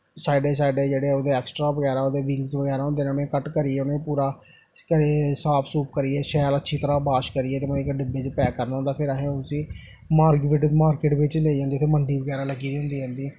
साइडें साइडें जेह्ड़े ओह्दे ऐक्स्ट्रा बगैरा ओह्दे बिंगस बगैरा होंदे न उ'नेंगी कट करियै बगैरा कन्नै साफ सूफ करियै शैल अच्छी तरह् बाश करियै ते मतलब कि डब्बे च पैक करना होंदा फिर असें उसी मार्किट मार्किट बिच्च लेई जन्ने आं जित्थें मंडी लग्गी दी होंदी ऐ इं'दी